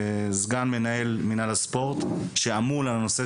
סגן מנהל מינהל הספורט שאמון על הנושא